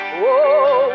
whoa